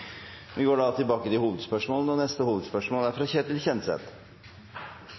Vi går da til neste hovedspørsmål. Den kulturelle spaserstokken er